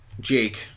Jake